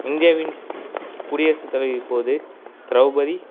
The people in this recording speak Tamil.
இந்தியாவின் குடியரசுத் தலைவி இப்போது திரௌபதி